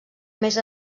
més